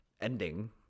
ending